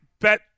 Bet